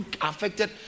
affected